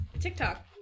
TikTok